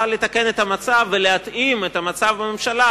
נועדה לתקן את המצב ולהתאים את המצב בממשלה